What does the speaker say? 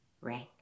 ring